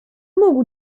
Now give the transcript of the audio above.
mógł